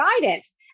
guidance